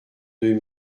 deux